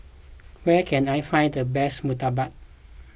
where can I find the best Murtabak